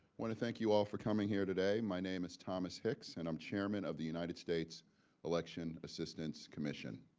want to thank you all for coming here today. my name is thomas hicks and i'm chairman of the united states election assistance commission.